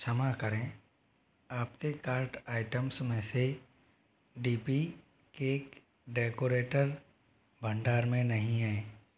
क्षमा करें आपके कार्ट आइटम्स में से डी पी केक डेकोरेटर भंडार में नहीं है